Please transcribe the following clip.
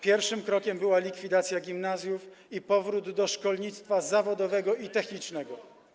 Pierwszym krokiem była likwidacja gimnazjów i powrót do szkolnictwa zawodowego i technicznego.